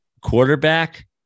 quarterback